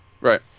Right